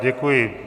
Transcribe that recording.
Děkuji.